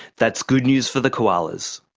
that's good news for the koalas.